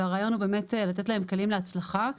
והרעיון הוא לתת להם כלים להצלחה.